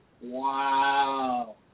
Wow